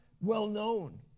well-known